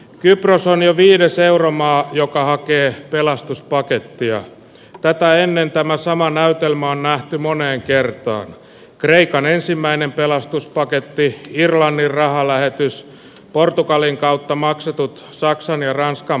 kypros on jo viides euromaa joka hakee pelastuspakettia tätä ennen tämän saman näytelmän nähty moneen kertaan kreikan ensimmäinen pelastuspaketti irlannin rahalähetys portugalin kautta maksetut saksan ja ranskan